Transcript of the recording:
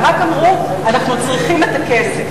הם רק אמרו: אנחנו צריכים את הכסף.